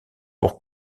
pour